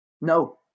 No